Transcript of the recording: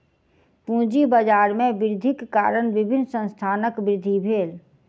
पूंजी बाजार में वृद्धिक कारण विभिन्न संस्थानक वृद्धि भेल